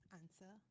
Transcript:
answer